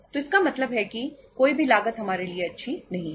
तो इसका मतलब है कि कोई भी लागत हमारे लिए अच्छी नहीं है